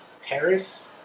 Paris